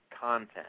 content